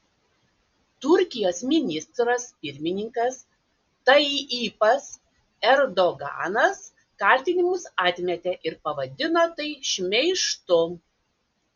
turkijos ministras pirmininkas tayyipas erdoganas kaltinimus atmetė ir pavadino tai šmeižtu